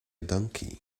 donkey